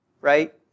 right